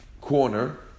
corner